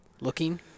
looking